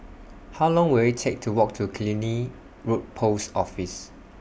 How Long Will IT Take to Walk to Killiney Road Post Office